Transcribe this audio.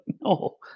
No